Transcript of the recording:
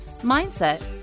mindset